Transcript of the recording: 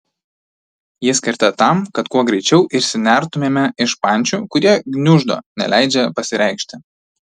ji skirta tam kad kuo greičiau išsinertumėme iš pančių kurie gniuždo neleidžia pasireikšti